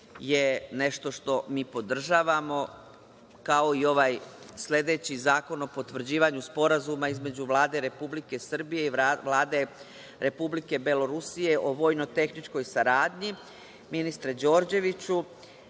je nešto što mi podržavamo kao i ovaj sledeći Zakon o potvrđivanju Sporazuma između Vlade Republike Srbije i Vlade Republike Belorusije o vojno-tehničkoj saradnji. Ministre Đorđeviću